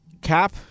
Cap